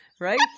Right